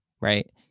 right